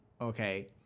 okay